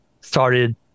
started